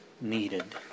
needed